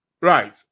Right